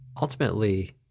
ultimately